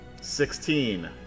Sixteen